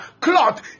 cloth